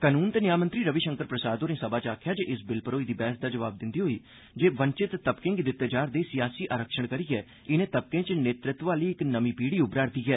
कानून ते न्याऽ मंत्री रवि शंकर प्रसाद होरें समा च इस बिल पर होई दी बैह्स दा जवाब दिंदे होई आखेआ जे वंचित तबकें गी दित्ते जा'रदे सियासी आरक्षण करियै इनें तबकें च नेतृत्व आह्ली इक नमीं पीढ़ी उब्बरै'रदी ऐ